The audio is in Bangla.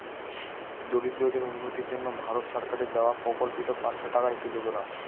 দরিদ্রদের উন্নতির জন্য ভারত সরকারের দেওয়া প্রকল্পিত পাঁচশো টাকার একটি যোজনা